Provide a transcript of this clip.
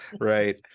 right